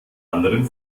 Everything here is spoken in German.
anderen